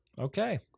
Okay